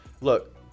Look